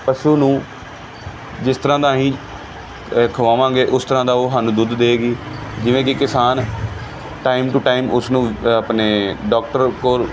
ਪਸ਼ੂ ਨੂੰ ਜਿਸ ਤਰ੍ਹਾਂ ਦਾ ਅਸੀਂ ਖਿਲਾਵਾਂਗੇ ਉਸ ਤਰ੍ਹਾਂ ਦਾ ਉਹ ਸਾਨੂੰ ਦੁੱਧ ਦੇਵੇਗੀ ਜਿਵੇਂ ਕਿ ਕਿਸਾਨ ਟਾਈਮ ਟੂ ਟਾਈਮ ਉਸਨੂੰ ਆਪਣੇ ਡੋਕਟਰ ਕੋਲ